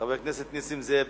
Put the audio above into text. וחבר הכנסת נסים זאב.